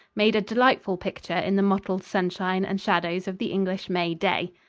made a delightful picture in the mottled sunshine and shadows of the english may day.